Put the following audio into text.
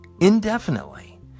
indefinitely